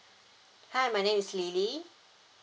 hi my name is lily